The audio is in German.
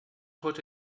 heute